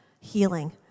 healing